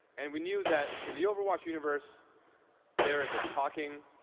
and we knew that in the overwatch universe there is a talking,